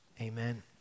amen